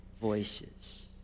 voices